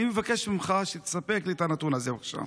אני מבקש ממך שתספק לי את הנתון הזה, בבקשה.